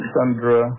Sandra